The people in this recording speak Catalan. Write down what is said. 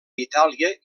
itàlia